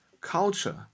culture